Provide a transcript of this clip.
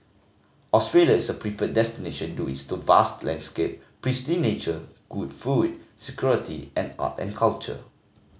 Australia is a preferred destination due to its vast landscape pristine nature good food security and art and culture